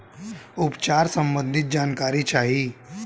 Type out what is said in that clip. उपचार सबंधी जानकारी चाही?